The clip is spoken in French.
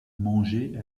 mangeait